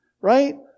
right